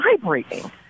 vibrating